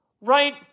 Right